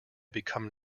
become